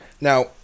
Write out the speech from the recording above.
now